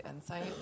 insight